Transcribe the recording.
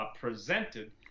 Presented